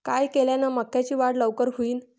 काय केल्यान मक्याची वाढ लवकर होईन?